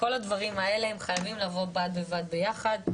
כל הדברים האלה חייבים לבוא בד-בבד ביחד.